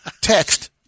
Text